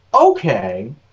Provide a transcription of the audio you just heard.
Okay